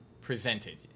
Presented